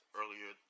earlier